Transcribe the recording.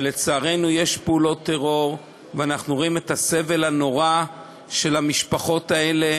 ולצערנו יש פעולות טרור ואנחנו רואים את הסבל הנורא של המשפחות האלה.